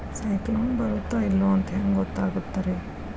ಸೈಕ್ಲೋನ ಬರುತ್ತ ಇಲ್ಲೋ ಅಂತ ಹೆಂಗ್ ಗೊತ್ತಾಗುತ್ತ ರೇ?